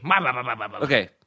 Okay